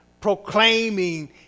proclaiming